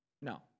No